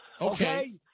Okay